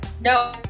no